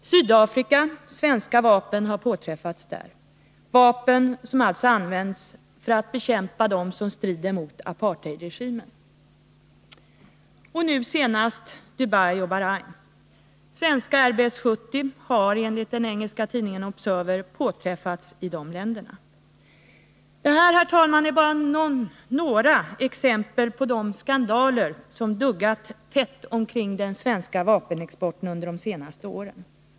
Sydafrika — svenska vapen har påträffats där, vapen som alltså används för att bekämpa dem som strider mot apartheidregimen. Och nu senast gällde det Dubai och Bahrein. Svenska RBS 70 har enligt den engelska tidningen Observer påträffats i dessa länder. Detta, herr talman, är bara några exempel på de skandaler som har duggat tätt omkring den svenska vapenexporten under de senaste åren.